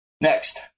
Next